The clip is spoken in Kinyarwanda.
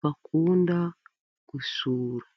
bakunda gusura.